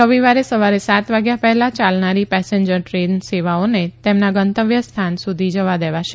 રવિવારે સવારે સાત વાગ્યા પહેલા યાલનારી પેસેન્જર દ્રેન સેવાઓને તેમના ગંતવ્ય સ્થાન સુધી જવા દેવાશે